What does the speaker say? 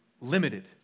limited